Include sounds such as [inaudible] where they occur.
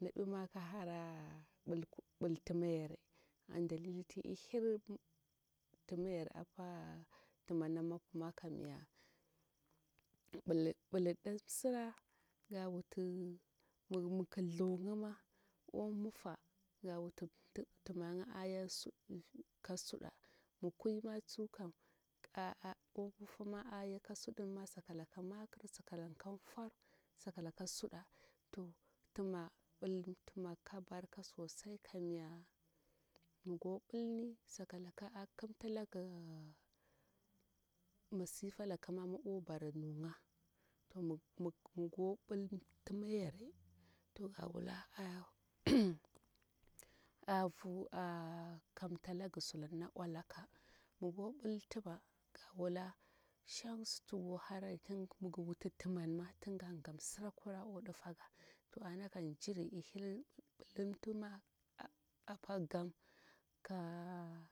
nabima ki hara bil timayare an dalili nati ihir timayare apa tima nam mwopuma kamya bili bilirda msira ga wuti miki thungama omufa ga wuti ti timangi a ya su ka suda mi kwi ma tsukam a a omufama aya ka sudinma sakalaka makir sakalaka nfor sakalaka suda to tima bil tima ka barka sosai kamya mi go bilni sakalaka a kimtalagi masifa laka ma mi obara nunga to mi mi go bil bimayare to ga wula a [hesitation] avu akamta laga su na ollaka mi go bil tima ga wula shang suti go harari ning migi wuti timaninma ting ga gamsira kura o difaga to ana kam jiri ihir bil tima apa gam ka